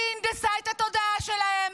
היא הנדסה את התודעה שלהם.